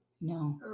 No